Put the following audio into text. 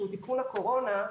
שהוא תיקון הקורונה,